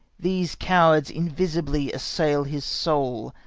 these cowards invisibly assail his soul,